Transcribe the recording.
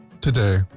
today